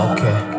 Okay